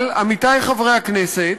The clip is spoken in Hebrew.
אבל, עמיתי חברי הכנסת,